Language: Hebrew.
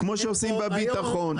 כמו שעושים בביטחון?